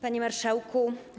Panie Marszałku!